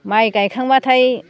माइ गाइखांबाथाय